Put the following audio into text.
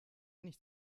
nicht